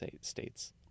states